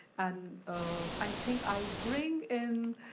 and i think i bring in,